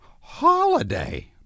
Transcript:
holiday